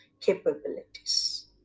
capabilities